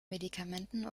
medikamenten